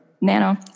Nano